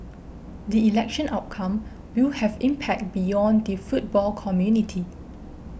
the election outcome will have impact beyond the football community